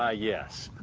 ah yes.